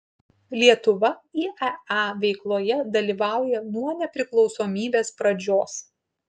lietuva iea veikloje dalyvauja nuo nepriklausomybės pradžios